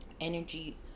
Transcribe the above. energy